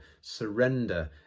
surrender